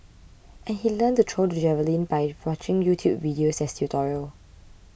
and he learnt to throw the javelin by watching YouTube videos as tutorial